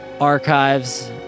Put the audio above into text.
archives